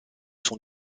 son